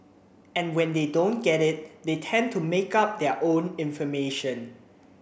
and when they don't get it they tend to make up their own information